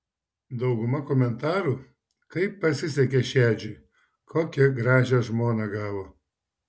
dauguma komentarų kaip pasisekė šedžiui kokią gražią žmoną gavo